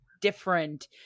different